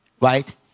right